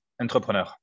entrepreneur